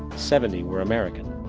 seventy were american.